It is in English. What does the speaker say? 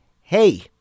hey